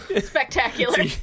Spectacular